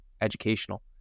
educational